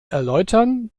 erläutern